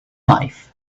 life